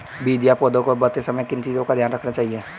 बीज या पौधे को बोते समय किन चीज़ों का ध्यान रखना चाहिए?